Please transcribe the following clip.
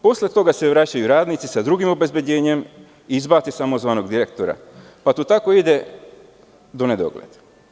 Posle toga se vraćaju radnici sa drugim obezbeđenjem, izbace samozvanog direktora, pa to tako ide u nedogled.